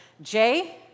Jay